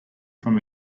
from